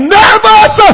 nervous